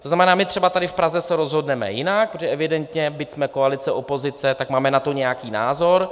To znamená, my třeba tady v Praze se rozhodneme jinak, protože evidentně, byť jsme koalice, opozice, tak máme na to nějaký názor.